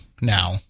now